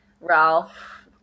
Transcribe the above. Ralph